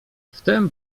wtem